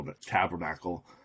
tabernacle